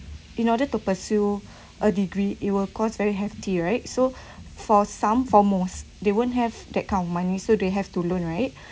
in order to pursue a degree it'll cost very hefty right so for some foremost they won't have that kind of money so they have to loan right